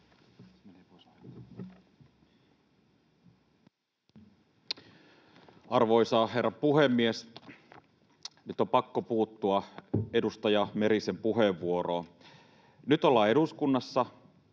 Arvoisa herra puhemies! Nyt on pakko puuttua edustaja Merisen puheenvuoroon. Nyt ollaan eduskunnassa,